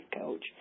coach